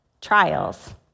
trials